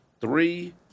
three